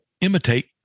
imitate